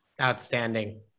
Outstanding